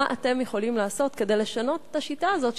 מה אתם יכולים לעשות כדי לשנות את השיטה הזאת,